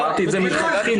אמרתי את זה מלכתחילה,